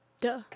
Duh